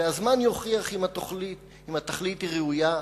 והזמן יוכיח אם התכלית היא ראויה,